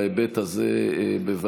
בהיבט הזה בוודאי.